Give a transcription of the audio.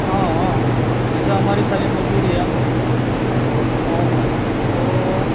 હા હા એ તો અમારી ખાલી મજૂરી એમને હા તો